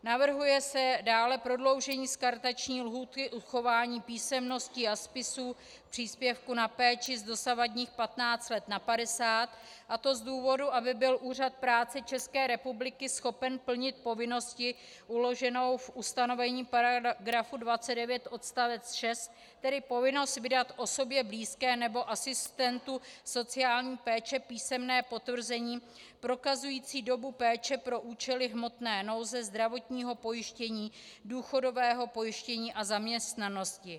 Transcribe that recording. Navrhuje se dále prodloužení skartační lhůty uchování písemností a spisů příspěvku na péči z dosavadních patnáct let na padesát, a to z důvodu, aby byl Úřad práce České republiky schopen plnit povinnost uloženou v ustanovení § 29 odst. 6, tedy povinnost vydat osobě blízké nebo asistentu sociální péče písemné potvrzení prokazující dobu péče pro účely hmotné nouze, zdravotního pojištění, důchodového pojištění a zaměstnanosti.